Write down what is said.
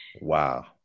Wow